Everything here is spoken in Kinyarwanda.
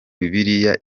bibiliya